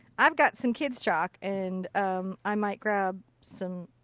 i've got some kids chalk and i might grab some.